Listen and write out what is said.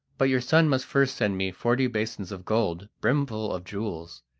but your son must first send me forty basins of gold brimful of jewels,